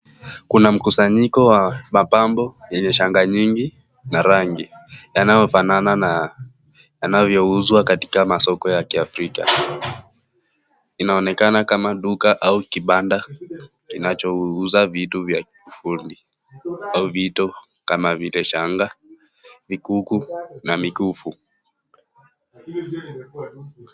Kuna mkusanyiko wa mapambo yenye shanga nyingi na rangi yanayofanana na yanayouzwa katika masoko ya kiafrika. Inaonekana kama duka au kibanda kinachouza vitu vya kifundi au vitu kama vile shanga, ikuku na mikufu.